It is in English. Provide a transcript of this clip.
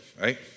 right